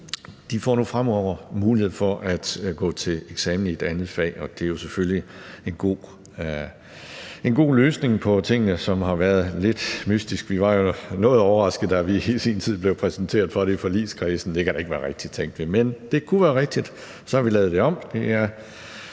De får nu fremover mulighed for at gå til eksamen i et andet fag , og det er jo selvfølgelig en god løsning på tingene, som har været lidt mystiske. Vi var jo noget overraskede, da vi i sin tid blev præsenteret for det i forligskredsen: Det kan da ikke være rigtigt, tænkte vi. Men det kunne være rigtigt, og så har vi lavet det om.